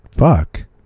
fuck